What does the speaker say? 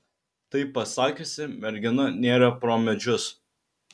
tai pasakiusi mergina nėrė pro medžius